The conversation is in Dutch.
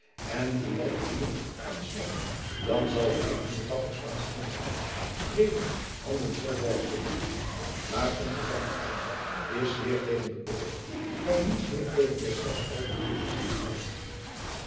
en moeten wij op nieuws aan den slag dan zal hij aan de dappere spaansche generaals weder handen vol werk geven maar onze landaard is zeer tegen den oorlog daar niets meer tegen deszelfs algemeene belangen strijdt